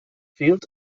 fehlt